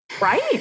right